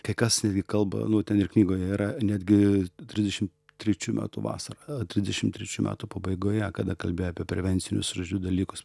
kai kas kalba nu ten ir knygoje yra netgi trisdešim trečių metų vasarą trisdešim trečių metų pabaigoje kada kalbėjo apie prevencinius žodžiu dalykus